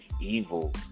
evil